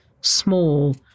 small